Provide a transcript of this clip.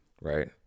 Right